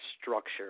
structure